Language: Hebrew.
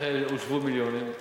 איך הושבו מיליונים?